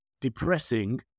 depressing